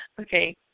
Okay